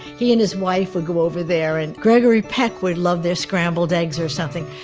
he and his wife would go over there, and gregory peck would love their scrambled eggs or something.